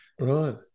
Right